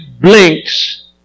blinks